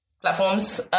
platforms